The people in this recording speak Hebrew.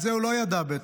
את זה הוא לא ידע בטח.